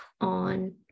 on